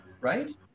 Right